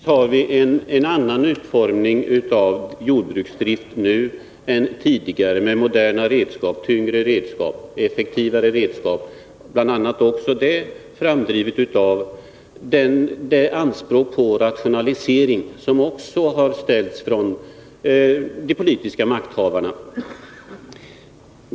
Herr talman! Givetvis har vi nu en annan utformning av jordbruksdriften än tidigare, med moderna, tyngre och effektivare redskap. Det har också framdrivits bl.a. av de anspråk på rationalisering som har ställts från de politiska makthavarna.